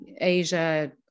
asia